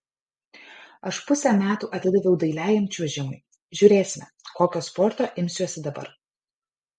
aš pusę metų atidaviau dailiajam čiuožimui žiūrėsime kokio sporto imsiuosi dabar